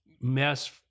mess